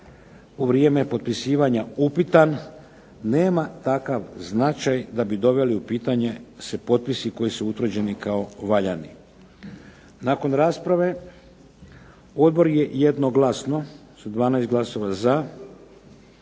u vrijeme potpisivanja upitan nema takav značaj da bi doveli u pitanje se potpisi koji su utvrđeni kao valjani. Nakon rasprave odbor je jednoglasno sa 12 glasova za,